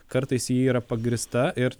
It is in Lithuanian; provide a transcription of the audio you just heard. kartais ji yra pagrįsta ir